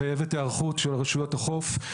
מחייבת היערכות של רשויות החוף.